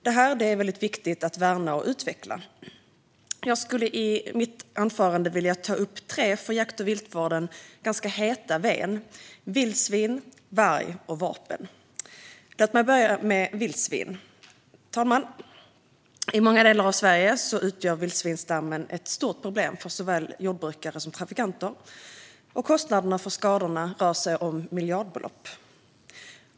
Det är väldigt viktigt att värna och utveckla detta, och jag skulle i mitt anförande vilja ta upp tre för jakt och viltvård ganska heta v:n - vildsvin, varg och vapen. Låt mig börja med vildsvin. Fru talman! I många delar av Sverige utgör vildsvinsstammen ett stort problem för såväl jordbrukare som trafikanter. Kostnaderna för skadorna uppgår till miljardbelopp.